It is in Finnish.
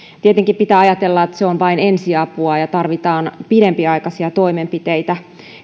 tietenkin pitää ajatella että se on vain ensiapua ja tarvitaan pidempiaikaisia toimenpiteitä